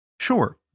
Sure